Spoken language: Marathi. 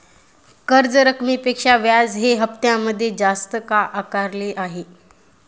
कर्ज रकमेपेक्षा व्याज हे हप्त्यामध्ये जास्त का आकारले आहे?